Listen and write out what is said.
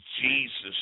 Jesus